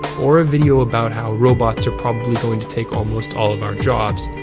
or a video about how robots are probably going to take almost all of our jobs.